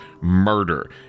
murder